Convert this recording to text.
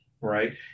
right